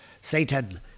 Satan